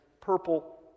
purple